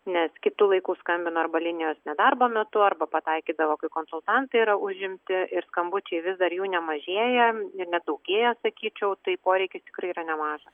nes kitu laiku skambina arba linijos nedarbo metu arba pataikydavo kai konsultantai yra užimti ir skambučiai vis dar jų nemažėja ir nedaugėja sakyčiau tai poreikis tikrai yra nemažas